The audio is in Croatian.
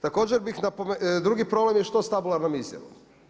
Također bih napomenuo, drugi problem je što sa tabularnom izjavom.